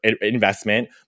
investment